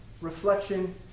reflection